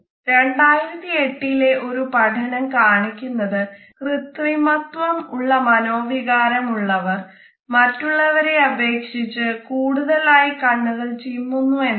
2008ലെ ഒരു പഠനം കാണിക്കുന്നത് കൃത്രിമത്വം ഉള്ള മനോവികാരം ഉള്ളവർ മറ്റുള്ളവരെ അപേക്ഷിച്ച് കൂടുതലായി കണ്ണുകൾ ചിമ്മുന്നു എന്നാണ്